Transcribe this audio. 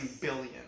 billion